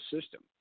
system